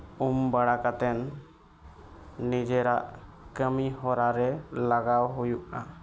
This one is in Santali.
ᱩᱢ ᱵᱟᱲᱟ ᱠᱟᱛᱮ ᱱᱤᱡᱮᱨᱟᱜ ᱠᱟᱹᱢᱤ ᱦᱚᱨᱟ ᱨᱮ ᱞᱟᱜᱟᱣ ᱦᱩᱭᱩᱜᱼᱟ